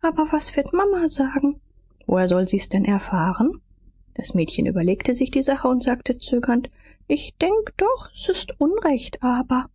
aber was wird mama sagen woher soll sie's denn erfahren das mädchen überlegte sich die sache und sagte zögernd ich denk doch s ist unrecht aber